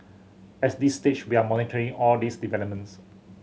at this stage we are monitoring all these developments